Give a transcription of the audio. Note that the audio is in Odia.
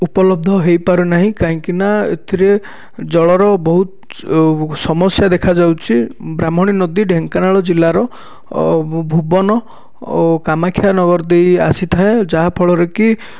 ଉପଲବ୍ଧ ହୋଇପାରୁ ନାହିଁ କାହିଁକିନା ଏଥିରେ ଜଳର ବହୁତ୍ ସମସ୍ୟା ଦେଖାଯାଉଛି ବ୍ରାହ୍ମଣୀ ନଦୀ ଢେଙ୍କାନାଳ ଜିଲ୍ଲାର ଭୁବନ ଓ କାମାକ୍ଷା ନଗର ଦେଇ ଆସିଥାଏ ଯାହାଫଳରେ କି